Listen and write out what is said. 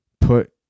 put